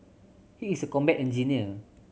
he is a combat engineer